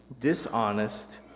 dishonest